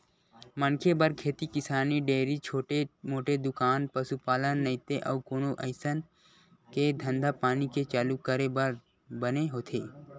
मनखे बर खेती किसानी, डेयरी, छोटे मोटे दुकान, पसुपालन नइते अउ कोनो अइसन के धंधापानी के चालू करे बर बने होथे